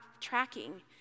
tracking